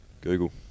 Google